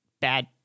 bad